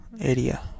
area